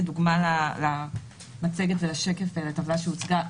כדוגמה למצגת ולשקף ולטבלה שהוצגה.